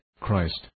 Christ